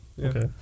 Okay